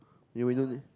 you alone eh